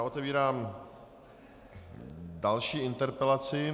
Otevírám další interpelaci.